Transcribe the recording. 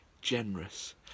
generous